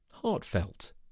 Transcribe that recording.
heartfelt